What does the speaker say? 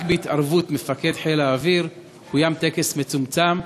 רק בהתערבות מפקד חיל האוויר קוים טקס מצומצם,